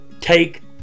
take